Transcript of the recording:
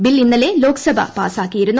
bill ഇന്നലെ ലോക്സഭ പാസാക്കിയിരുന്നു